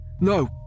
No